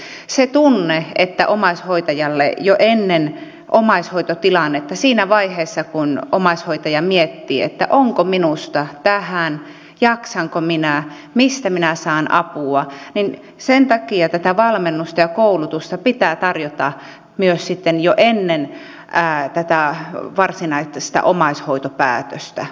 sen tunteen takia kun omaishoitaja miettii jo ennen omaishoitotilannetta siinä vaiheessa kun omaishoitaja miettii onko minusta tähän jaksanko minä mistä minä saan apua niin tätä valmennusta ja koulutusta pitää tarjota myös sitten jo ennen tätä varsinaista omaishoitopäätöstä